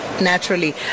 Naturally